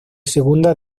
segunda